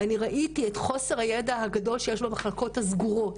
ואני ראיתי את חוסר הידע הגדול שיש במחלקות הסגורות.